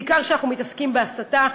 בעיקר כשאנחנו מתעסקים בהסתה,